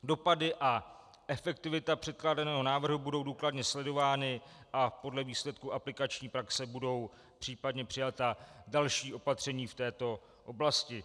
Dopady a efektivita předkládaného návrhu budou důkladně sledovány a podle výsledků aplikační praxe budou případně přijata další opatření v této oblasti.